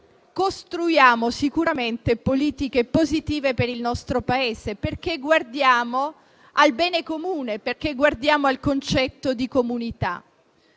costruiamo sicuramente politiche positive per il nostro Paese, perché guardiamo al bene comune, guardiamo al concetto di comunità.